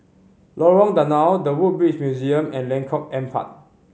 Lorong Danau The Woodbridge Museum and Lengkok Empat